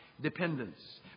dependence